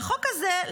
והחוק הזה,